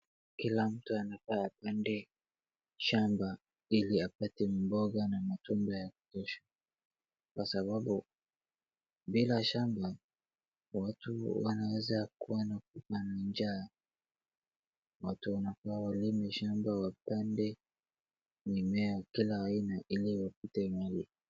Kila mtu anafaa apande shamba, ili apate mboga na matunda ya kutosha, kwa sababu bila shamba, watu wanaweza kuwa na kufa na njaa. Watu wanafaa walime shamba wapande mimea kila aina iliyo...